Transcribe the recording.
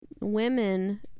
women